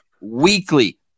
weekly